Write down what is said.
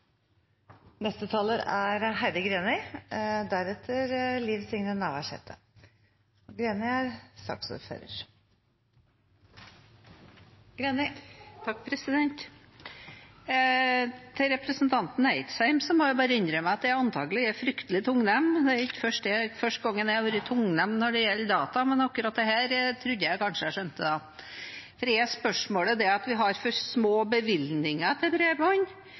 Til representanten Eidsheim må jeg bare innrømme at jeg antagelig er fryktelig tungnem. Det er ikke første gangen jeg har vært tungnem når det gjelder data, men akkurat dette trodde jeg kanskje jeg skjønte. Er spørsmålet det at vi har for små bevilgninger til bredbånd?